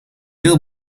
veel